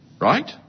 Right